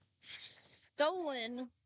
Stolen